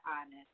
honest